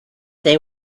they